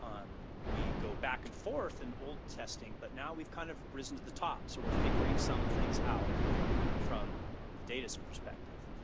we go back and forth in old testing, but now we've kind of risen to the top so we're figuring some things out from the data's perspective.